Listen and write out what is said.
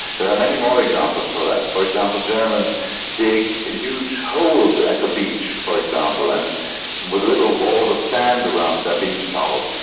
there are many more examples for that. for example, germans dig huge holes at the beach, for example, and and with little walls of sand around their beach towels,